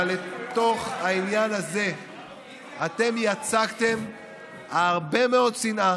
אבל לתוך העניין הזה אתם יצקתם הרבה מאוד שנאה,